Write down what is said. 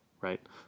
right